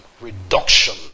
reduction